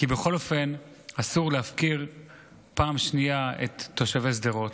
כי בכל אופן אסור להפקיר בפעם השנייה את תושבי שדרות.